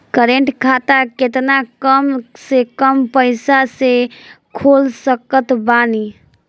Current खाता केतना कम से कम पईसा से खोल सकत बानी?